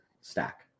stack